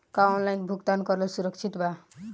का ऑनलाइन भुगतान करल सुरक्षित बा?